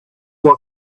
was